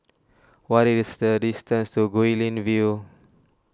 what is the distance to Guilin View